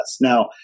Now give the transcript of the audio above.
Now